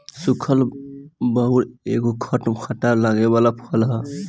सुखल बइर एगो खट मीठ लागे वाला फल हवे